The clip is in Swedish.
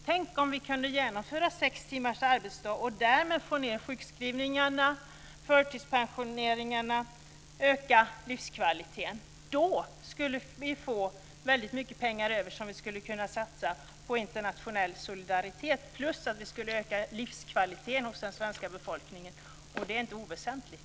Tänk om vi kunde genomföra sex timmars arbetsdag och därmed få ned sjukskrivningar och förtidspensioneringar och öka livskvaliteten. Då skulle vi få mycket pengar över som vi skulle kunna satsa på internationell solidaritet. Vi skulle dessutom öka livskvaliteten hos den svenska befolkningen, och det är inte oväsentligt.